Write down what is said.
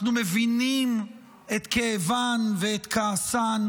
אנחנו מבינים את כאבן ואת כעסן,